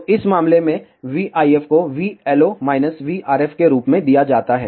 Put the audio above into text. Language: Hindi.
तो इस मामले में vIF को vLO vRF के रूप में दिया जाता है